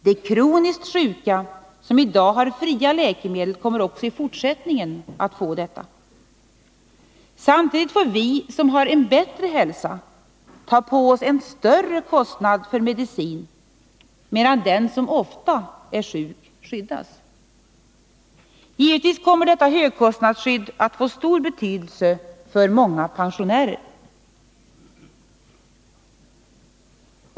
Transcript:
De kroniskt sjuka, som i dag har fria läkemedel, kommer också i fortsättningen att ha detta. Vi som har en bättre hälsa får ta på oss en större kostnad för medicin, medan den som ofta är sjuk skyddas. Givetvis kommer detta högkostnadsskydd att få stor betydelse för många pensionärer.